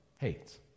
hates